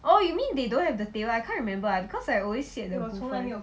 oh you mean they don't have the table I can't remember I because I always sit at the table